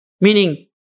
Meaning